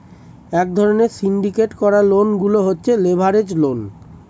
এক ধরণের সিন্ডিকেট করা লোন গুলো হচ্ছে লেভারেজ লোন